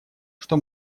что